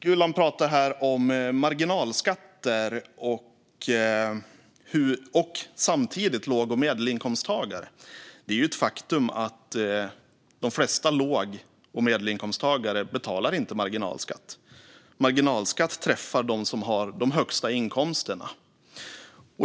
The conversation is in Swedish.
Gulan pratar om marginalskatter och samtidigt om låg och medelinkomsttagare. Det är ett faktum att de flesta låg och medelinkomsttagare inte betalar marginalskatt. Marginalskatt träffar dem som har de högsta inkomsterna.